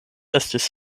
estis